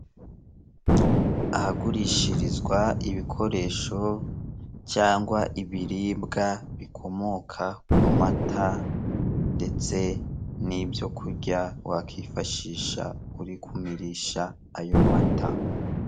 Ahagurishirizwa ibikoresho cyangwa ibiribwa bikomoka ku mata ndetse nibyo kurya wakifashisha uri kumirisha ayo mata.